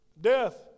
Death